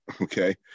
okay